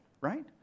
right